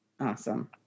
Awesome